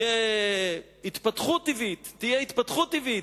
תהיה התפתחות טבעית,